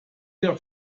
der